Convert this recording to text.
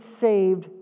saved